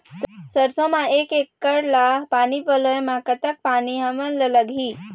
सरसों म एक एकड़ ला पानी पलोए म कतक पानी हमन ला लगही?